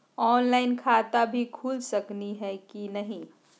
Online खाता भी खुल सकली है कि नही?